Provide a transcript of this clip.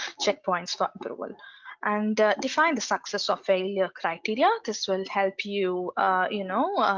checkpoints for approval and define the success of failure criteria. this will help you you know